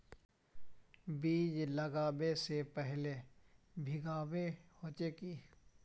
बीज लागबे से पहले भींगावे होचे की?